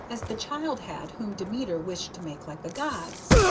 as the child had whom demeter wished to make like the gods.